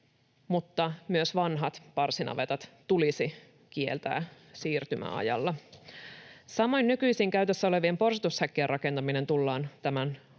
mutta myös vanhat parsinavetat tulisi kieltää siirtymäajalla. Samoin nykyisin käytössä olevien porsitushäkkien rakentaminen tullaan tämän